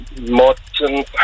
Martin